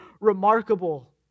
remarkable